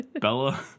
Bella